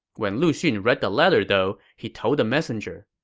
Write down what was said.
when lu xun read the letter, though, he told the messenger,